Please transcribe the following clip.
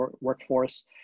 workforce